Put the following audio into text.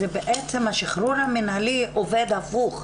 זה בעצם השחרור המינהלי עובד הפוך.